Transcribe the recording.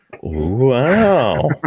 wow